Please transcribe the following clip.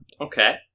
Okay